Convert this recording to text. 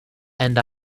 and